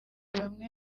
bamwe